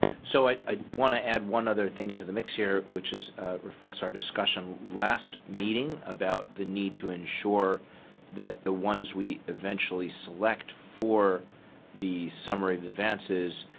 so i i want to add one other thing to the mix here which is reflects our discussion last meeting about the need to ensure that the ones we eventually select for the summary of advances